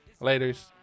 Laters